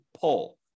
pull